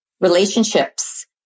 relationships